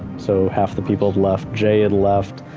so half the people had left, jay had left,